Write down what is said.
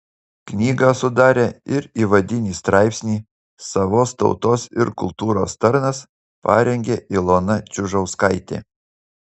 knygą sudarė ir įvadinį straipsnį savos tautos ir kultūros tarnas parengė ilona čiužauskaitė